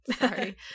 sorry